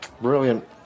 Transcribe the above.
Brilliant